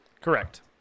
Correct